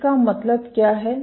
इसका मतलब क्या है